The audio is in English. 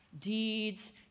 deeds